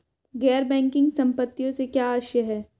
गैर बैंकिंग संपत्तियों से क्या आशय है?